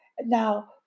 Now